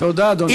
תודה, אדוני.